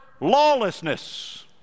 lawlessness